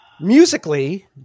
Musically